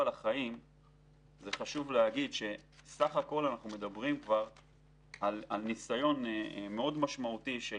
חשוב להגיד שאנחנו מדברים על ניסיון מאוד משמעותי של